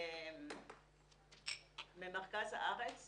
במרכז הארץ